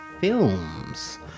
films